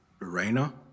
Lorena